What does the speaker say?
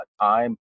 time